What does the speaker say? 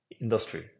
industry